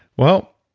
well,